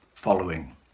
Following